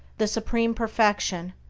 the supreme perfection,